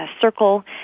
circle